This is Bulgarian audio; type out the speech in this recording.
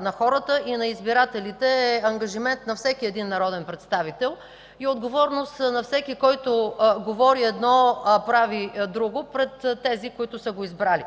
на хората и на избирателите е ангажимент на всеки един народен представител и отговорност на всеки, който говори едно, а прави друго пред тези, които са го избрали.